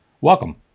Welcome